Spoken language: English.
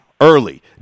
early